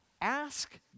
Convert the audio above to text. Ask